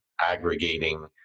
aggregating